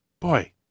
Boy